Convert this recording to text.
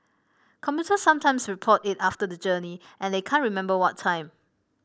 commuters sometimes report it after the journey and they can't remember what time